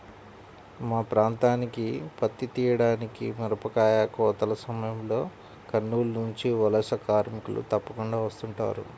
మా ప్రాంతానికి పత్తి తీయడానికి, మిరపకాయ కోతల సమయంలో కర్నూలు నుంచి వలస కార్మికులు తప్పకుండా వస్తుంటారు